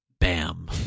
Bam